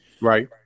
Right